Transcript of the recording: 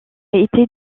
été